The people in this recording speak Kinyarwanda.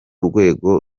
rwego